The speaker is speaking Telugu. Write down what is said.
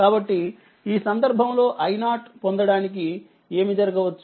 కాబట్టి ఈ సందర్భంలో i0 పొందడానికి ఏమి జరగవచ్చు